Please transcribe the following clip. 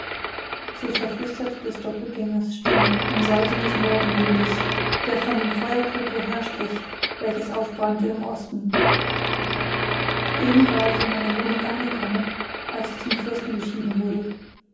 so verflüsterte des doppeltgängers stimme im sausen des morgenwindes der von dem feuerpurpur herstrich welches aufbrannte im osten eben war ich in meiner wohnung angekommen als ich zum fürsten beschieden wurde